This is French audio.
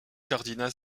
cardinal